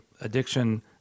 addiction